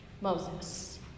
Moses